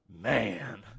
man